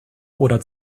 oder